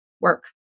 work